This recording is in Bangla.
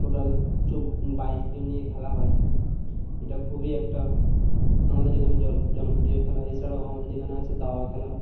টোটাল বাইশ জন নিয়ে খেলা হয় এটা খুবই একটা আমাদের এখানে জনপ্রিয় খেলা এছাড়াও আমাদের এখানে আছে দাবা খেলা